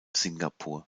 singapur